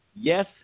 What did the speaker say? Yes